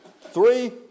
three